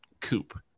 coupe